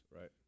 Right